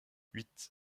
huit